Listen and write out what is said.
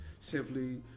simply